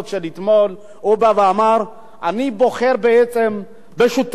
הוא בא ואמר: אני בוחר בעצם בשותפי הטבעיים.